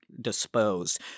disposed